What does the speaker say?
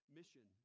mission